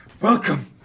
Welcome